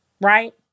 right